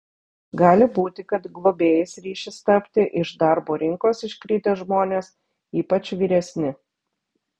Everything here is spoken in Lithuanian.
gali būti kad globėjais ryšis tapti iš darbo rinkos iškritę žmonės ypač vyresni